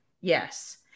Yes